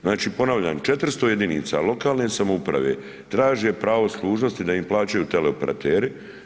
Znači ponavljam, 400 jedinica lokalne samouprave traže pravo služnosti da ima plaćaju teleoperateri.